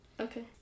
Okay